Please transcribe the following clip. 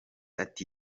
ati